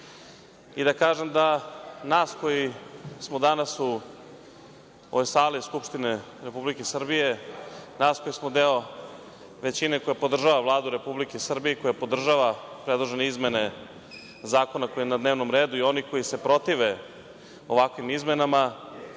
i da kažem da nas koji smo danas u ovoj sali Skupštine Republike Srbije, nas koji smo deo većine koja podržava Vladu Republike Srbije i koja podržava predložene izmene zakona koji je na dnevnom redu i oni koji se protive ovakvim izmenama